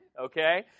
Okay